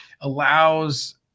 allows